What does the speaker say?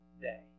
day